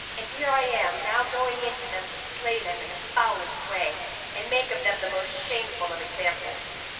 and here i am now going in to them to slay them in the foulest way and make of them the most shameful of examples.